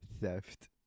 Theft